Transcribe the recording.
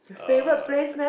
uh